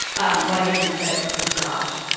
i want to give them credit because, gosh.